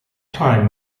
time